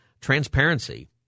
transparency